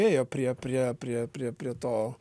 ėjo prie prie prie prie prie to